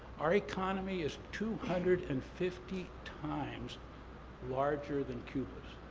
our economy is two hundred and fifty times larger than cuba's.